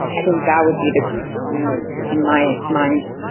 i think that would be the key in my mind,